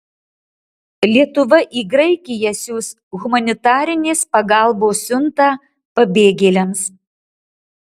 lietuva į graikiją siųs humanitarinės pagalbos siuntą pabėgėliams